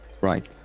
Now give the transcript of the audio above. Right